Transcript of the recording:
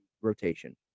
rotation